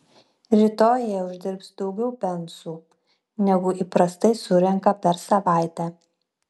rytoj jie uždirbs daugiau pensų negu įprastai surenka per savaitę